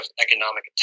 economic